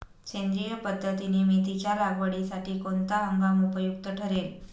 सेंद्रिय पद्धतीने मेथीच्या लागवडीसाठी कोणता हंगाम उपयुक्त ठरेल?